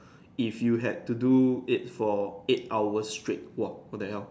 if you had to do it for eight hours straight !wah! what the hell